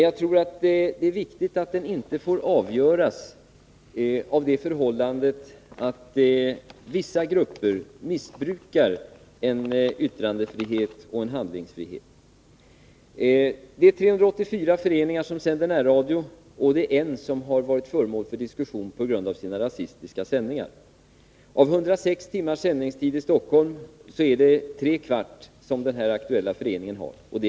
Jag tror att det är viktigt att den frågan inte får avgöras av det förhållandet att vissa grupper missbrukar en yttrandefrihet och en handlingsfrihet. Det är 384 föreningar som sänder närradio, och det är en som har varit föremål för diskussion på grund av sina rasistiska sändningar. Av 106 timmars sändningstid i Stockholm är det tre kvart som denna förening har använt.